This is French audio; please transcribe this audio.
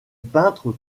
peintre